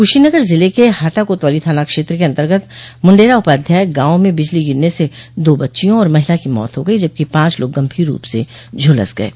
कुशीनगर जिले के हाटा कोतवाली थाना क्षेत्र के अन्तर्गत मुंडेरा उपाध्याय गांव में बिजली गिरने से दो बच्चियों और महिला की मौत हो गई जबकि पांच लोग गंभीर रूप से झुलस गये